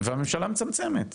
והממשלה מצמצמת.